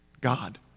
God